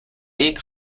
рік